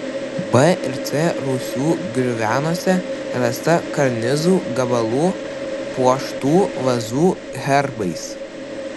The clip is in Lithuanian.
b ir c rūsių griuvenose rasta karnizų gabalų puoštų vazų herbais